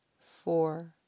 four